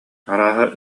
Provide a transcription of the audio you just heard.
арааһа